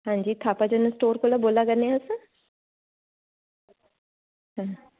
हां जी Thappa general store कोला बोला करने ओ तुस हां